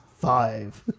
five